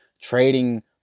trading